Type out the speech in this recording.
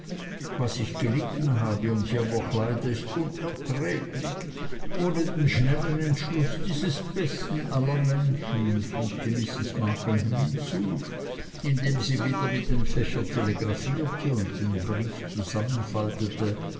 was ich gelitten habe und hier noch leide ist unerträglich ohne den schnellen entschluß dieses besten aller menschen fügte mrs markleham hinzu indem sie wieder mit dem fächer telegraphierte und den brief zusammenfaltete